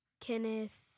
Kenneth